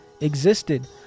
existed